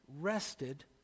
rested